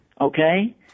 Okay